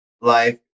life